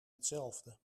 hetzelfde